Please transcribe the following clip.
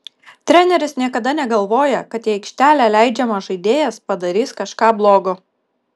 treneris niekada negalvoja kad į aikštelę leidžiamas žaidėjas padarys kažką blogo